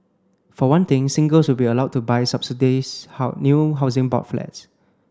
for one thing singles will be allowed to buy subsidise how new Housing Board flats